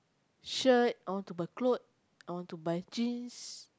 shirt I want to buy clothes I want to buy jeans